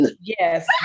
Yes